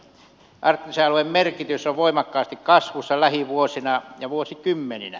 arktisen alueen merkitys on voimakkaasti kasvussa lähivuosina ja vuosikymmeninä